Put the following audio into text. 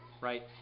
right